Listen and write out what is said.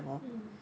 mm